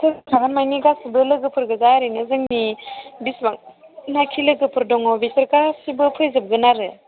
सोर सोर थागोन माने गासैबो लोगोफोर गोजा ओरैनो जोंनि बेसेबांनाखि लोगोफोर दङ बिसोर गासैबो फैजोबगोन आरो